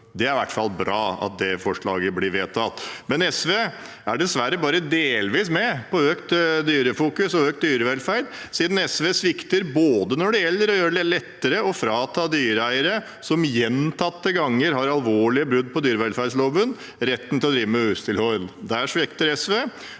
Det er i hvert fall bra at det forslaget blir vedtatt. SV er dessverre bare delvis med på økt dyrevelferdsfokus, siden SV svikter når det gjelder å gjøre det lettere å frata dyreeiere som gjentatte ganger har alvorlige brudd på dyrevelferdsloven, retten til å drive med husdyrhold. Der svikter SV,